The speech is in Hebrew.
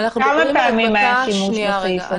כמה פעמים היה שימוש בסעיף הזה?